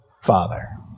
Father